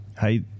Hey